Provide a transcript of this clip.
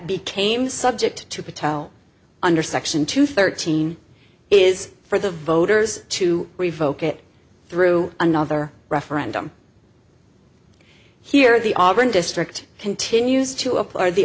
became subject to patel under section two thirteen is for the voters to revoke it through another referendum here the auburn district continues to